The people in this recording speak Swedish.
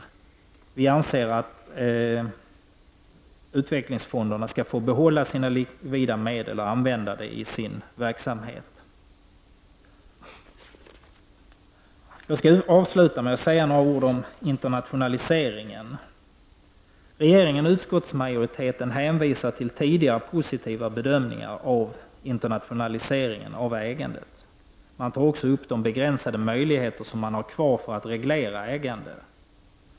Vi anser att utvecklingsfonderna skall få behålla sina likvida medel och använda dem i sin verksamhet. Jag skall avsluta med att säga några ord om internationaliseringen. Regeringen och utskottsmajoriteten hänvisar till tidigare positiva bedömningar av internationaliseringen av ägandet. Man tar också upp de begränsade möjligheter som finns kvar för att reglera ägandet.